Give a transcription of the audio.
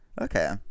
Okay